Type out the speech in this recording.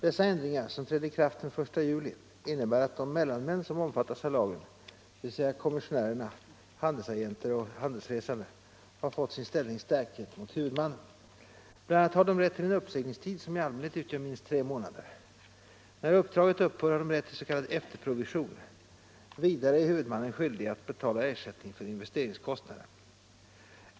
Dessa ändringar, som trädde i kraft den 1 juli, innebär att de mellanmän som omfattas av lagen, dvs. kommissionärer, handelsagenter och handelsresande, har fått sin ställning stärkt gentemot huvudmannen. BI. a. har de rätt till en uppsägningstid som i allmänhet utgör minst tre månader. När uppdraget upphör har de rätt till s.k. efterprovision. Vidare är huvudmannen skyldig att betala ersättning för investeringskostnader.